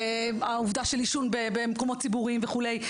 העובדה של עישון במקומות ציבוריים וכולי,